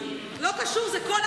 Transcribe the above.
לא קשור, זה כל עם ישראל.